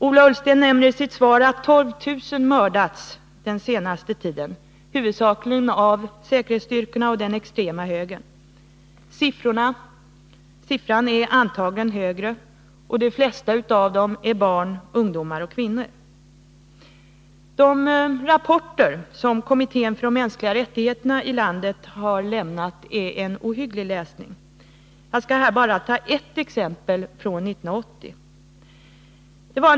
Ola Ullsten nämner i sitt svar att 12 000 människor mördats den senaste tiden, huvudsakligen av säkerhetsstyrkorna och den extrema högern. Siffran är antagligen högre. De flesta av dem är barn, ungdomar och kvinnor. De rapporter som kommittén för de mänskliga rättigheterna i landet har lämnat är en ohygglig läsning. Jag skall här bara ta ett exempel från 1980.